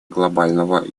глобального